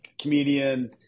Comedian